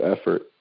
effort